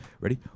Ready